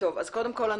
קודם כל,